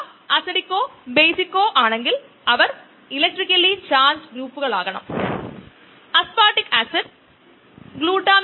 അത് ഒഴിവാക്കുന്നതിനും എൻസൈം വീണ്ടും ഉപയോഗിക്കുന്നതിനും ആളുകൾ എൻസൈമിനെ നിശ്ചലമാക്കി